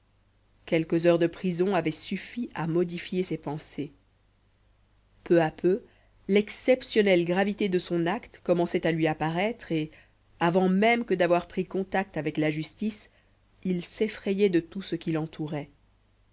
quelques heures de prison avaient suffi à modifier ses pensées peu à peu l'exceptionnelle gravité de son acte commençait à lui apparaître et avant même que d'avoir pris contact avec la justice il s'effrayait de tout ce qui l'entourait